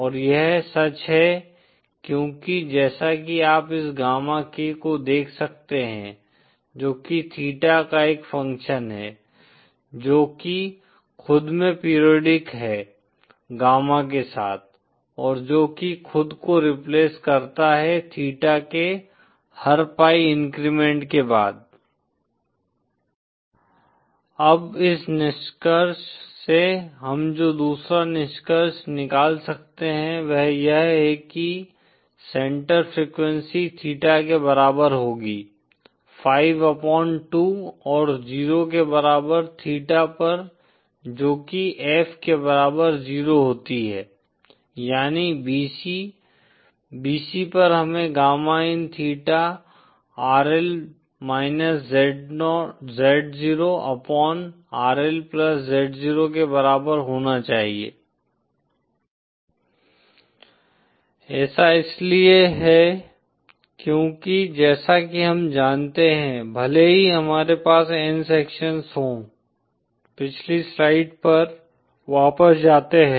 और यह सच है क्योंकि जैसा कि आप इस गामा k को देख सकते हैं जो कि थीटा का एक फंक्शन है जो की खुद में पीरियाडिक है गामा k के साथ और जो की खुद को रिपलेस करता है थीटा के हर पाई इन्क्रीमेंट के बाद अब इस निष्कर्ष से हम जो दूसरा निष्कर्ष निकाल सकते हैं वह यह है कि सेंटर फ्रीक्वेंसी थीटा के बराबर होगी 5 अपॉन 2 और 0 के बराबर थीटा पर जो कि f के बराबर 0 होती है यानी bc bc पर हमें gamma in theta rl z0 upon rl z0 के बराबर होना चाहिए ऐसा इसलिए है क्योंकि जैसा कि हम जानते हैं भले ही हमारे पास n सेक्शंस हो पिछली स्लाइड पर वापस जाते है